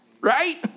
Right